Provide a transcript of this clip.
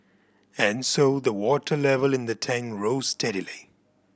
and so the water level in the tank rose steadily